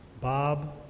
Bob